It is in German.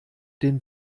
den